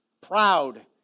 proud